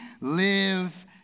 live